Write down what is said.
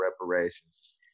reparations